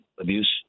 Abuse